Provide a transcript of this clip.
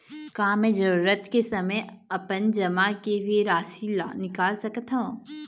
का मैं जरूरत के समय अपन जमा किए हुए राशि ला निकाल सकत हव?